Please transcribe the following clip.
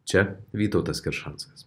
čia vytautas keršanskas